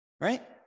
right